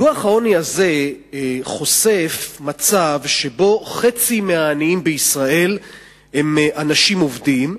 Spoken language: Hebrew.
דוח העוני הזה חושף מצב שבו חצי מהעניים בישראל הם אנשים עובדים,